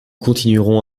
continuerons